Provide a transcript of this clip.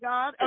God